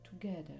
together